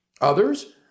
Others